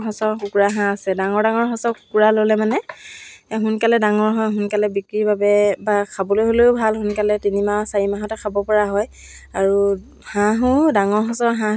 পঢ়ি nine ten এজনীয়ে high secondary এইবিলাক পঢ়ি আছিলে ত' মই কওঁ সিহঁতক আজৰি সময়খিনিত মোৰ ওচলৈকে আহিবিচোন মোক কামত সহায় কৰি দিবি তাৰপিছত মই সিহঁতক চিলাই